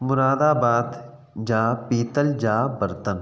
मुरादाबाद जा पीतल जा बर्तन